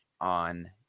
on